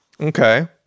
Okay